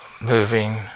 moving